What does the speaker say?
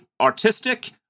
artistic